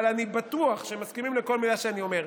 אבל אני בטוח שהם מסכימים לכל מילה שאני אומר,